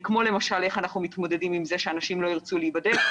כמו למשל איך אנחנו מתמודדים עם זה שאנשים לא ירצו להיבדק,